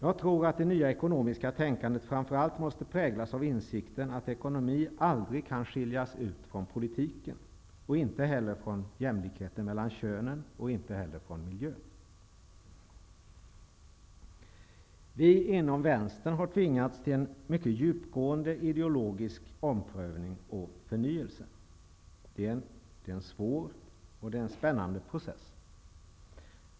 Jag tror att det nya ekonomiska tänkandet framför allt måste präglas av insikten att ekonomi aldrig kan skiljas ut från politiken eller från jämställdheten mellan könen och inte heller från miljön. Vi inom vänstern har tvingats till en mycket djupgående ideologisk omprövning och förnyelse. Det är en svår och spännande process.